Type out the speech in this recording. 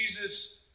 Jesus